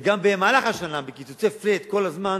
וגם במהלך השנה, בקיצוצי flat כל הזמן,